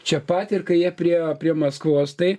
čia pat ir kai jie priėjo prie maskvos tai